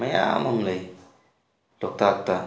ꯃꯌꯥꯝ ꯑꯃ ꯂꯩ ꯂꯣꯛꯇꯥꯛꯇ